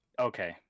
Okay